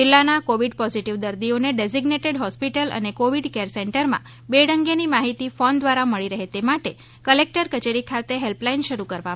જીલ્લાના Covid positive દર્દીઓને designated hospital અને કોવીડ કેર સેન્ટરમાં બેડ અંગેની માહિતી ફોન દ્વારા મળી રહે તે માટે કલેકટર કચેરી ખાતે હેલ્પલાઈન શરૂ કરવામાં આવી છે